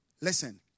listen